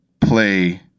play